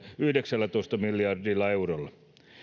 yhdeksällätoista miljardilla eurolla